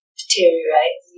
deteriorate